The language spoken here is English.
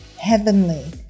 heavenly